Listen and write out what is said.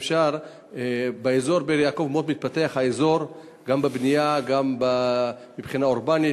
אם אפשר: אזור באר-יעקב מתפתח גם בבנייה וגם מבחינה אורבנית.